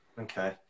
Okay